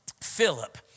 Philip